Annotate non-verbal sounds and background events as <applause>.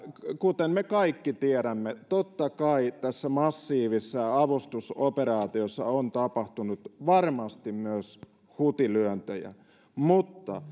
kuten me kaikki tiedämme totta kai näissä massiivisissa avustusoperaatioissa on tapahtunut varmasti myös hutilyöntejä mutta <unintelligible>